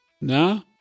No